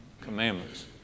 commandments